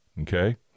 Okay